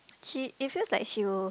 she it feels like she will